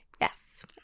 Yes